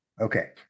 Okay